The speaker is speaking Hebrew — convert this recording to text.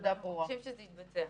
אנחנו מבקשים שזה יתבצע.